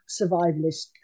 survivalist